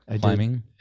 climbing